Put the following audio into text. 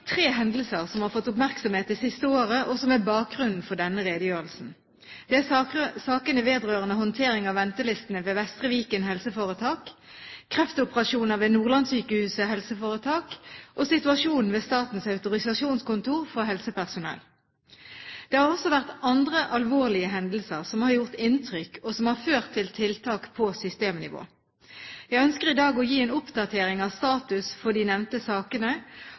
tre hendelser som har fått oppmerksomhet det siste året og som er bakgrunnen for denne redegjørelsen: Det er sakene vedrørende håndtering av ventelistene ved Vestre Viken helseforetak, kreftoperasjoner ved Nordlandssykehuset Helseforetak og situasjonen ved Statens autorisasjonskontor for helsepersonell. Det har også vært andre alvorlige hendelser som har gjort inntrykk og som har ført til tiltak på systemnivå. Jeg ønsker i dag å gi en oppdatering av status for de nevnte sakene,